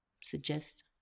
suggest